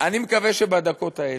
אני מקווה שבדקות האלה,